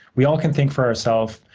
we all can think for ourself.